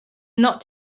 not